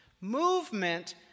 Movement